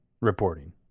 reporting